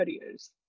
careers